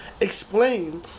explain